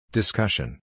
Discussion